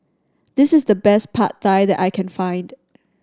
this is the best Pad Thai that I can find